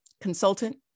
consultant